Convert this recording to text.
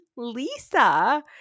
Lisa